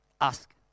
ask